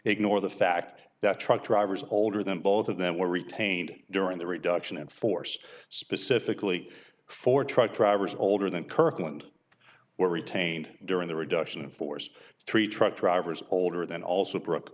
ignore the fact that truck drivers older than both of them were retained during the reduction in force specifically for truck drivers older than kirkland were retained during the reduction in force three truck drivers older than also brooke